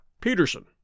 Peterson